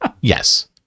Yes